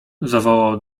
zawołał